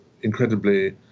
incredibly